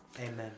Amen